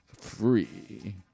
free